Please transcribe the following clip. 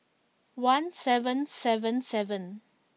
one seven seven seven